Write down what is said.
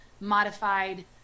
modified